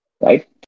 right